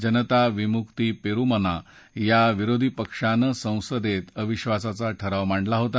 जनता विमुकी पेरामुना या विरोधी पक्षानं संसदेत अविधासाचा ठराव मांडला होता